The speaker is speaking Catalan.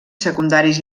secundaris